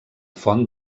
font